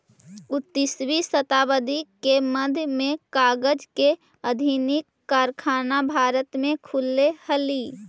उन्नीसवीं शताब्दी के मध्य में कागज के आधुनिक कारखाना भारत में खुलले हलई